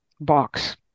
box